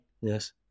Yes